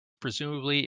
presumably